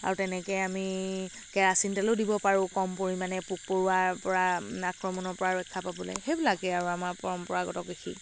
আৰু তেনেকে আমি কেৰাচিন তেলো দিব পাৰোঁ কম পৰিমাণে পোক পৰুৱাৰ পৰা আক্ৰমণৰ পৰা ৰক্ষা পাবলৈ সেইবিলাকেই আৰু আমাৰ পৰম্পৰাগত কৃষি